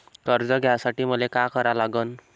कर्ज घ्यासाठी मले का करा लागन?